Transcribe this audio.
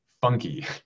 funky